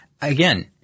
Again